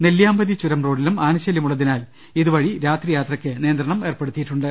നെല്ലിയാമ്പതി ചുരം റോഡിലും ആനശല്യം ഉള്ളതിനാൽ ഇതുവഴി രാത്രി യാത്രക്ക് നിയന്ത്രണം ഏർപ്പെടുത്തിയിട്ടുണ്ട്